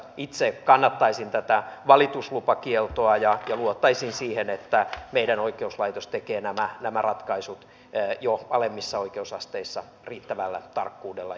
itse kannattaisin tätä valituslupakieltoa ja luottaisin siihen että meidän oikeuslaitos tekee nämä ratkaisut jo alemmissa oikeusasteissa riittävällä tarkkuudella ja varmuudella